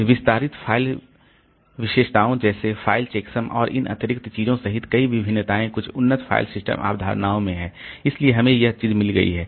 फिर विस्तारित फ़ाइल विशेषताओं जैसे फ़ाइल चेकसम और इन अतिरिक्त चीज़ों सहित कई भिन्नताएँ कुछ उन्नत फ़ाइल सिस्टम अवधारणाओं में हैं इसलिए हमें यह चीज़ मिल गई है